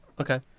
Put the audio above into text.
Okay